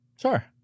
Sure